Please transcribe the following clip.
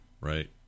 right